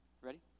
Ready